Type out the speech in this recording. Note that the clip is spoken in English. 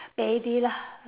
maybe lah